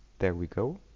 there we go